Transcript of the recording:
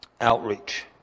outreach